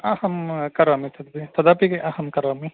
अहं करोमि तद्पि तदपि अहं करोमि